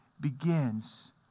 begins